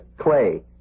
Clay